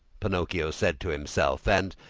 pinocchio said to himself, and,